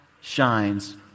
shines